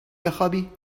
بخوابی